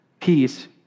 peace